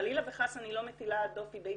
חלילה וחס אני לא מטילה דופי באיש,